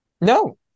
No